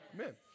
Amen